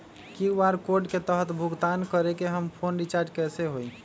QR code के तहद भुगतान करके हम फोन रिचार्ज कैसे होई?